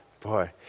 Boy